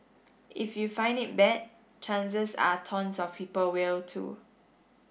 if you find it bad chances are tons of people will too